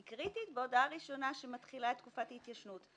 היא קריטית בהודעה ראשונה שמתחילה את תקופת ההתיישנות,